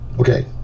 Okay